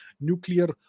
nuclear